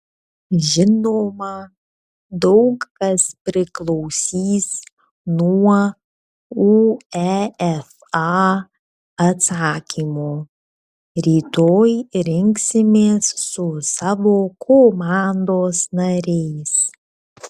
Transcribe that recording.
žinoma daug kas priklausys nuo uefa atsakymo rytoj rinksimės su savo komandos nariais